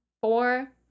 four